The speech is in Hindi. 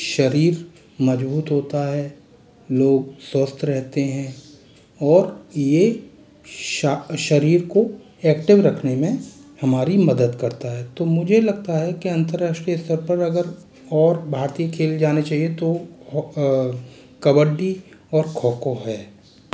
शरीर मजबूत होता है लोग स्वस्थ रहते हैं और ये शा शरीर को एक्टिव रखने में हमारी मदद करता है तो मुझे लगता है के अन्तर्राष्ट्रीय स्तर पर अगर और भारतीय खेल जाने चाहिए तो कबड्डी और खो खो है